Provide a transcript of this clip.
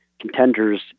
contenders